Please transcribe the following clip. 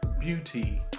Beauty